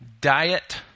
diet